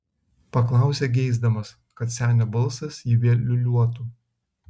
paklausė geisdamas kad senio balsas jį vėl liūliuotų